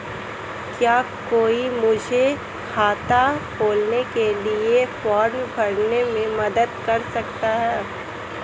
क्या कोई मुझे खाता खोलने के लिए फॉर्म भरने में मदद कर सकता है?